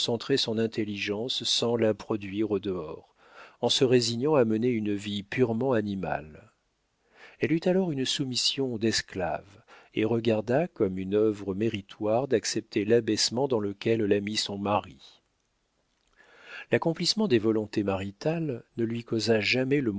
son intelligence sans la produire au dehors en se résignant à mener une vie purement animale elle eut alors une soumission d'esclave et regarda comme une œuvre méritoire d'accepter l'abaissement dans lequel la mit son mari l'accomplissement des volontés maritales ne lui causa jamais